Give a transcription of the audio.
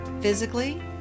physically